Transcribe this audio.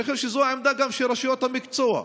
אני חושב שזו גם העמדה של הרשויות המקצועיות.